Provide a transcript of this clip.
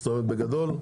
בגדול,